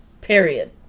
Period